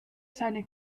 seine